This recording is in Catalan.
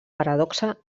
paradoxa